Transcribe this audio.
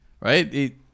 Right